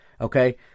Okay